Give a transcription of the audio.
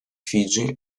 фиджи